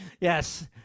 Yes